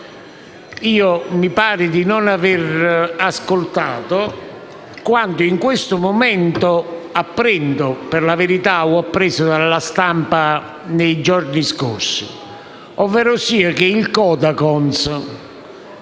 che mi pare di non aver ascoltato quanto in questo momento apprendo - anche se per la verità l'ho appresso dalla stampa nei giorni scorsi - ovverosia che il Codacons